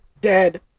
dead